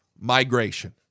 migration